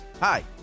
Hi